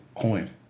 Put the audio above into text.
coin